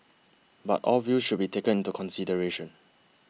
but all views should be taken into consideration